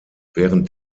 während